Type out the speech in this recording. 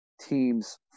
teams